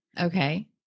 Okay